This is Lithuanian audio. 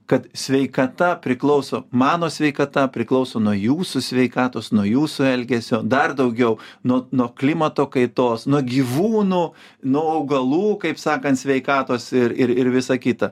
kad sveikata priklauso mano sveikata priklauso nuo jūsų sveikatos nuo jūsų elgesio dar daugiau nuo nuo klimato kaitos nuo gyvūnų nuo augalų kaip sakant sveikatos ir ir ir visa kita